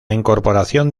incorporación